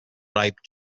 ripe